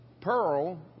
pearl